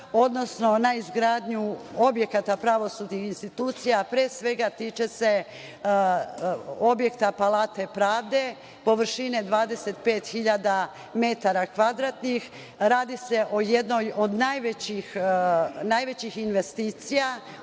odnosno na izgradnju objekata pravosudnih institucija, a pre svega tiče se objekta Palate Pravde, površine 25.000 m2, radi se o jednoj od najvećih investicija